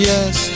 Yes